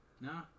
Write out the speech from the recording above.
No